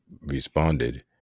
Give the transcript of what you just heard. responded